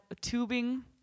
tubing